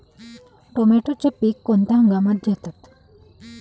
टोमॅटोचे पीक कोणत्या हंगामात घेतात?